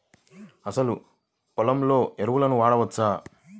అసలు పొలంలో ఎరువులను వాడవచ్చా?